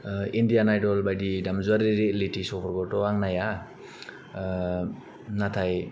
ओ Indian idol बायदि दामजुवारि रियेलिटि श'फोरखौथ' आं नाया ओ नाथाय